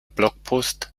blogpost